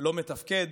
לא מתפקד,